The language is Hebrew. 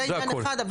זה עניין אחד.